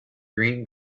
green